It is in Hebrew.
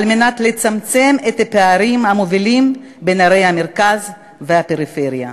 על מנת לצמצם את הפערים המובילים בין ערי המרכז והפריפריה.